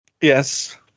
Yes